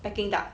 peking duck